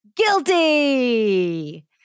Guilty